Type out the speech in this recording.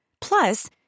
Plus